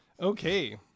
Okay